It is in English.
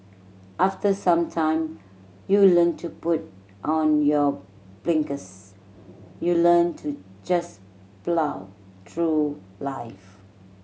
after some time you learn to put on your blinkers you learn to just plough through life